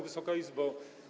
Wysoka Izbo!